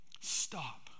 Stop